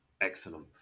Excellent